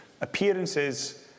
Appearances